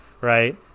Right